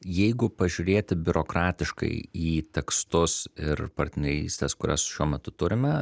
jeigu pažiūrėti biurokratiškai į tekstus ir partnerystes kurias šiuo metu turime